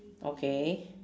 okay